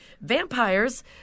vampires